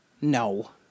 No